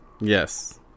Yes